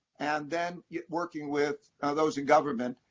and then, working with those in government,